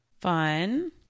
Fun